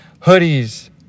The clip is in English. hoodies